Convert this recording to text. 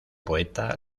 poeta